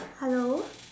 hello